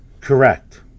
Correct